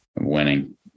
winning